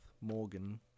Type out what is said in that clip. Morgan